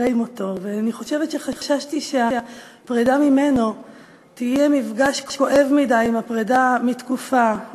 ואני חושבת שחששתי שהפרידה ממנו תהיה מפגש כואב מדי עם הפרידה מתקופה,